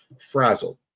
frazzled